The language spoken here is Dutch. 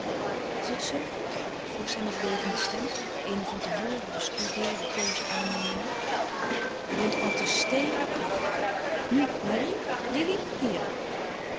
is het zoo goed vroeg zij met bevende stem eene van te voren bestudeerde poze aannemende je bent om te stelen prachtig nu marie lili hier